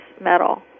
metal